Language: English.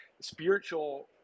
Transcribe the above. spiritual